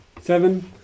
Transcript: Seven